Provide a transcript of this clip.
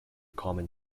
common